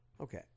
Okay